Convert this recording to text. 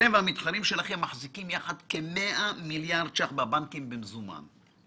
אתם והמתחרים שלכם מחזיקים יחד כמעט 100 מיליארד ₪ בבנקים במזומן.